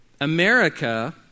America